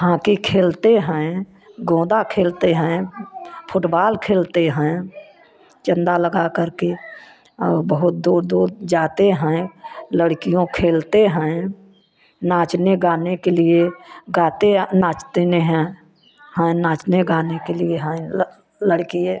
hockey खेलते हैं गोंडा खेलते हैं फुटबाल खेलते हैं चंदा लगाकर के और बहुत दूर दूर जाते हैं लड़कियों खेलते हैं नाचने गाने के लिए गाते नाचते हैं हैं नाचने गाने के लिए हैं लड़कियाँ